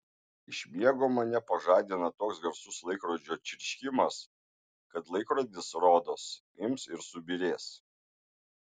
iš miego mane pažadina toks garsus laikrodžio čirškimas kad laikrodis rodos ims ir subyrės